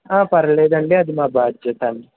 పర్వాలేదండి అది మా బాధ్యత అండి